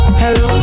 hello